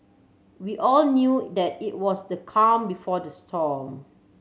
we all knew that it was the calm before the storm